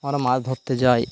আমরা মাছ ধরতে যাই